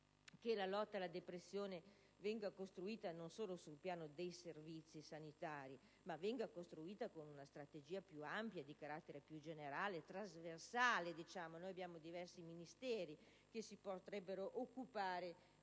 che la lotta alla depressione venga costruita non solo sul piano dei servizi sanitari, ma con una strategia più ampia di carattere più generale, trasversale. Abbiamo diversi Ministeri che si potrebbero occupare